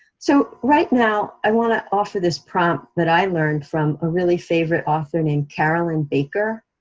so right now, i wanna offer this prompt that i learned from a really favorite author named carolyn baker.